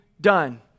done